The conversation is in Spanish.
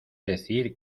decir